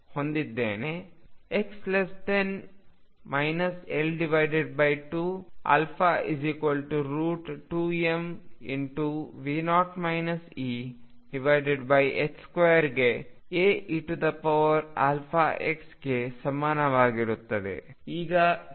ಆದ್ದರಿಂದ ನಾನುxL2ಗಾಗಿ xAe αxಅನ್ನು ಹೊಂದಿದ್ದೇನೆ x L2 α2m2 ಗೆ Aeαx ಗೆ ಸಮನಾಗಿರುತ್ತದೆ